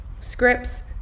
scripts